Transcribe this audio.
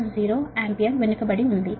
860 ampere lagging లో ఉంది